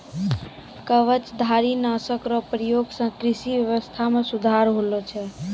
कवचधारी नाशक रो प्रयोग से कृषि व्यबस्था मे सुधार होलो छै